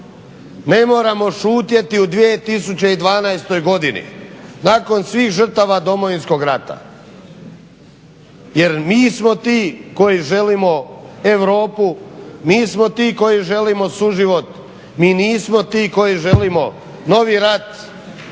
ne moramo šutjeti u 2012. godini nakon svih žrtava Domovinskog rata, jer mi smo ti koji želimo Europu, mi smo ti koji želimo suživot. Mi nismo ti koji želimo novi rat,